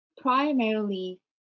primarily